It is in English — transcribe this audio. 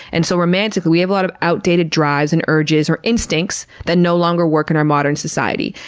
and so romantically, we have a lot of outdated drives, and urges, or instincts that no longer work in our modern society.